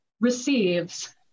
receives